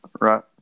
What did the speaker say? Right